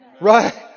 Right